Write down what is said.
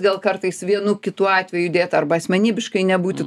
gal kartais vienu kitu atveju judėt arba asmenybiškai nebūti